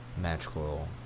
magical